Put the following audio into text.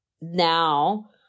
now